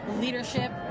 leadership